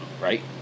Right